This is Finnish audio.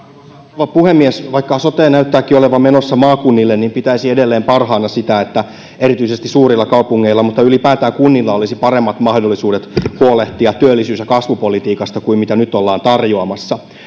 rouva puhemies vaikka sote näyttääkin olevan menossa maakunnille pitäisin edelleen parhaana sitä että erityisesti suurilla kaupungeilla mutta ylipäätään kunnilla olisi paremmat mahdollisuudet huolehtia työllisyys ja kasvupolitiikasta kuin mitä nyt ollaan tarjoamassa